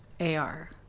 AR